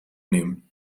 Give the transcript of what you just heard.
nehmen